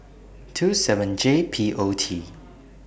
two seven J P O T